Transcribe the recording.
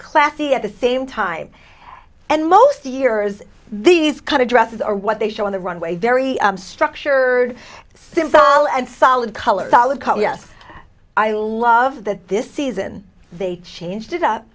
classy at the same time and most years these kind of dresses are what they show on the runway very structured simple and solid color solid color yes i love that this season they changed it up